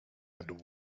and